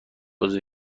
عضو